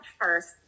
first